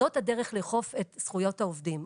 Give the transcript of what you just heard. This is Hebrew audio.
זאת הדרך לאכוף את זכויות העובדים.